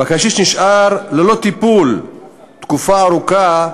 והקשיש נשאר ללא טיפול תקופה ארוכה,